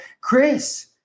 Chris